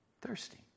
thirsty